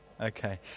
okay